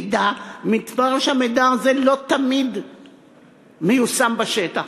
ומתברר שהמידע הזה לא תמיד מיושם בשטח.